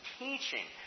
teaching